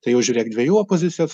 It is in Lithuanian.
tai jau žiūrėk dviejų opozicijos